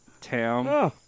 Tam